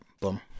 boom